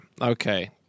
Okay